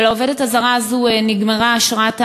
ולעובדת הזרה הזאת נגמרה אשרת השהייה,